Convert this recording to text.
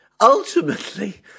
ultimately